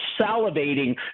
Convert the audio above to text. salivating